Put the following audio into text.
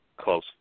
Close